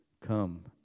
come